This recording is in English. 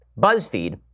BuzzFeed